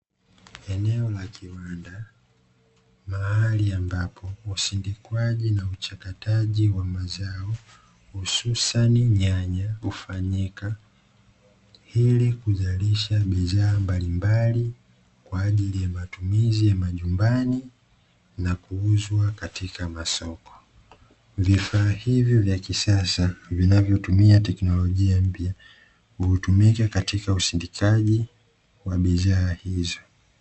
Eneo la kiwanda mahari ambapo ushindikwaji na uchakataji wa mazao hususani nyanya hufanyika ili kuzalisha bidhaa mbalimbali kwa ajili ya matumizi ya majumbani na kuuzwa katika masoko, vifaa hivyo vya kisasa vinavyotumia teknolojia mpya hutumika katika usindikaji wa bidhaa hizo.